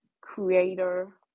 creator